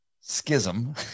schism